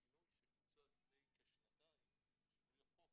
השינוי שבוצע לפני כשנתיים, שינוי החוק